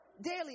daily